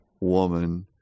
woman